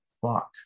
thought